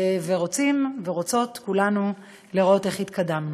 ורוצים ורוצות כולנו לראות איך התקדמנו.